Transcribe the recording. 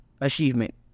achievement